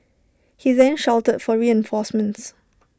he then shouted for reinforcements